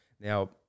Now